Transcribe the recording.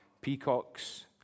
peacocks